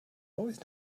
always